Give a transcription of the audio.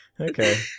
Okay